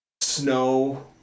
Snow